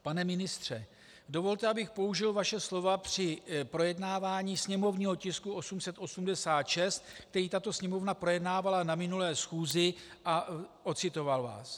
Pane ministře, dovolte, abych použil vaše slova při projednávání sněmovního tisku 886, který tato Sněmovna projednávala na minulé schůzi, a ocitoval vás.